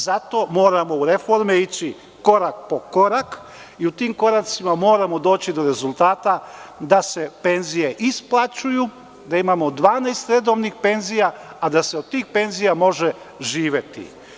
Zato moramo ići korak po korak u reforme i u tim koracima moramo doći do rezultata, da se penzije isplaćuju, da imamo 12 redovnih penzija i da se od tih penzija može živeti.